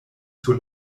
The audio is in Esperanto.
sur